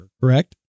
correct